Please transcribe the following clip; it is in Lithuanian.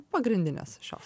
pagrindinės šios